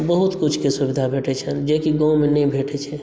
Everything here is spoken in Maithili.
बहुत किछुके सुविधा भेटैत छनि जेकि गाँवमे नहि भेटैत छै